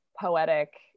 poetic